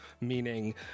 meaning